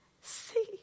see